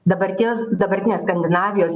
dabarties dabartinės skandinavijos